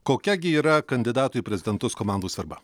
kokia gi yra kandidatų į prezidentus komandų svarba